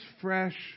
fresh